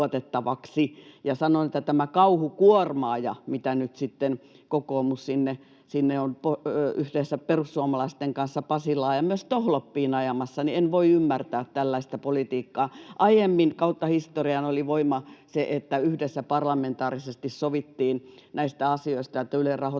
Sanon, että tämä kauhukuormaaja, mitä nyt sitten kokoomus sinne on yhdessä perussuomalaisten kanssa Pasilaan ja myös Tohloppiin ajamassa, on sellaista politiikkaa, jota en voi ymmärtää. Aiemmin kautta historian oli voimassa se, että yhdessä parlamentaarisesti sovittiin näistä asioista, että Ylen rahoitus